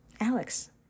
Alex